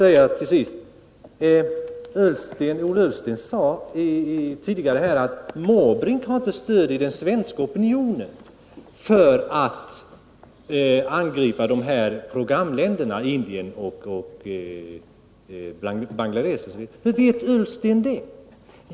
Ola Ullsten sade tidigare att jag inte har stöd i den svenska opinionen för att angripa dessa programländer, Indien och Bangladesh. Hur vet Ola Ullsten det?